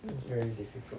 very difficult